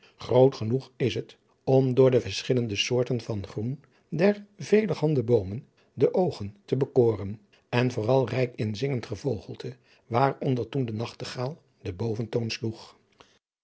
groot genoeg is het om door de verschillende soorten van groen der velerhande boomen de oogen te bekoren en vooral rijk in zingend gevogelte waar onder toen de nachtegaal den boventoon sloeg